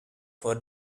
for